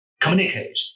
communicate